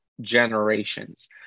generations